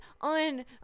on